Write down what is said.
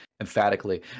Emphatically